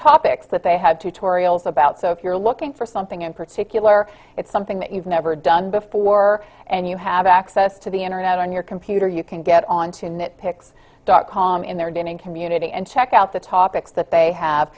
topics that they had tutorials about so if you're looking for something in particular it's something that you've never done before and you have access to the internet on your computer you can get onto nitpicks dot com in their dinning community and check out the topics that they have